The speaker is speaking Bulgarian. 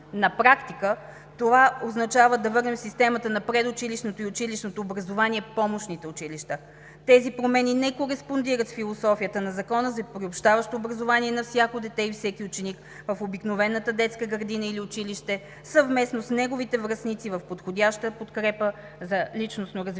На практика това означава да върнем в системата на предучилищното и училищното образование помощните училища. Тези промени не кореспондират с философията на Закона за приобщаващо образование на всяко дете и всеки ученик в обикновената детска градина или училище, съвместно с неговите връстници в подходяща подкрепа за личностно развитие.